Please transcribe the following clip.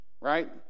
right